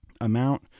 amount